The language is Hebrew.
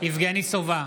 יבגני סובה,